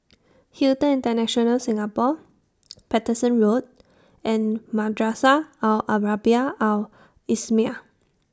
Hilton International Singapore Paterson Road and Madrasah Al Arabiah Al Islamiah